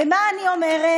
ומה אני אומרת,